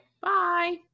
bye